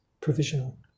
provisional